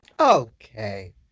Okay